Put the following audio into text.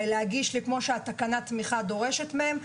ולהגיש לי מה שתקנת התמיכה דורשת מהם.